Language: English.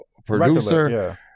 Producer